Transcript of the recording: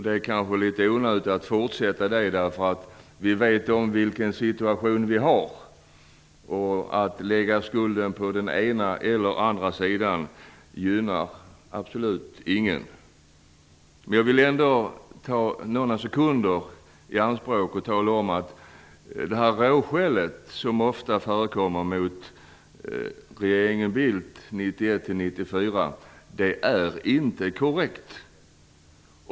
Det är kanske litet onödigt att fortsätta med det. Vi vet vilken situation vi har, och att lägga skulden på den ena eller andra sidan gynnar absolut ingen. Jag vill ändå ta några sekunder i anspråk och tala om att det råskäll som ofta förekommer mot regeringen Bildt 1991-1994 inte är korrekt.